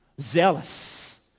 Zealous